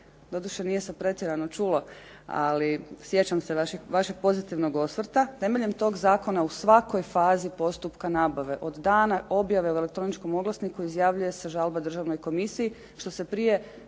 Doduše, nije se pretjerano čulo, ali sjećam se vašeg pozitivnog osvrta. Temeljem tog zakona u svakoj fazi postupka nabave od dana objave u elektroničkom oglasniku izjavljuje se žalba Državnoj komisiji što se prije